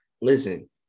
Listen